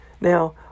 Now